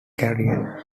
career